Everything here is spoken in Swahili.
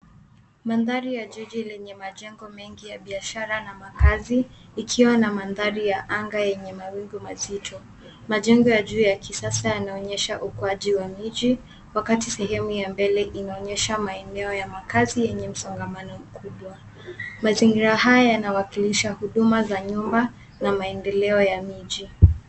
Mandhari ya jiji lenye majengo mengi ya biashara na makazi ikiwa na mandhari ya anga yenye mawingu mazito. Majengo ya juu ya kisasa yanaonyesha ukuaji wa miji wakati sehemu ya mbele inaonyesha maeneo ya makazi yenye msongamano mkubwa. Mazingira haya yanawakilisha huduma za nyumba na maendeleo ya miji.